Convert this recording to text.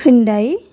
Hyundai